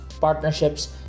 partnerships